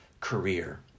career